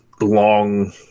long